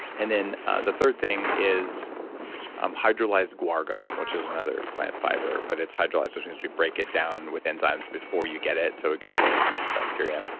and then the third thing is um hydrolyzed guar gum, which is another plant fiber. but it's hydrolyzed, which break it down with enzymes before you get it so it goes in and feeds the bacteria.